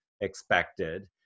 expected